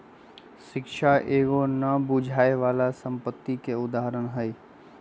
शिक्षा एगो न बुझाय बला संपत्ति के उदाहरण हई